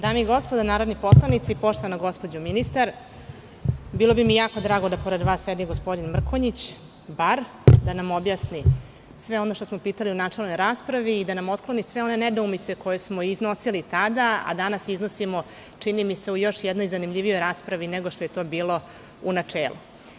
Dame i gospodo narodni poslanici, uvažena gospođo ministarko, bilo bi mi jako drago da pored vas sedi ministar Mrkonjić, da nam objasni sve ono što smo pitali u načelnoj raspravi i da nam otkloni sve one nedoumice koje smo iznosili tada, a danas iznosimo u još jednoj zanimljivijoj raspravi, nego što je to bilo u načelu.